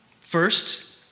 first